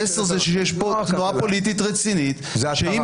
המסר הוא שיש פה תנועה פוליטית רצינית שאם